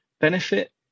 benefit